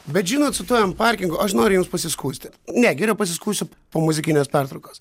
bet žinot su tuo em parkingu aš noriu jums pasiskųsti ne geriau pasiskųsiu po muzikinės pertraukos